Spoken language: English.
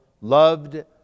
loved